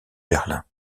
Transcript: berlin